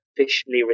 officially